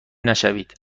نشوید